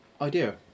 idea